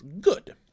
good